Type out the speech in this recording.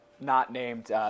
not-named